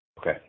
Okay